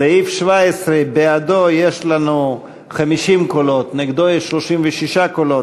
סעיף 17, בעדו יש לנו 50 קולות, נגדו יש 36 קולות.